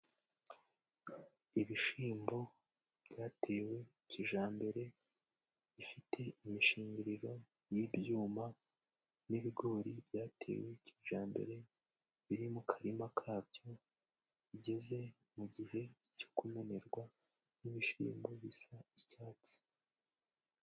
Ibishimbo byatewe kijambere. Bifite imishingiriro y'ibyuma n'ibigori byatewe kijambere. Biri mu karima kabyo bigeze mu gihe cyo kumenerwa, n'ibishimbo bisa n'icyatsi.